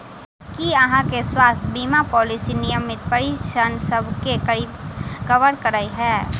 की अहाँ केँ स्वास्थ्य बीमा पॉलिसी नियमित परीक्षणसभ केँ कवर करे है?